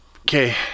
Okay